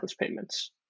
payments